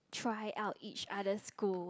try out each other school